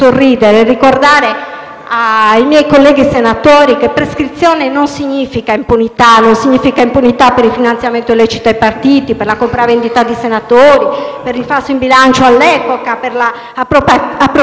ai miei colleghi senatori che prescrizione non significa impunità: non significa impunità per il finanziamento illecito ai partiti, per la compravendita di senatori, per il falso in bilancio all'epoca, per l'appropriazione indebita.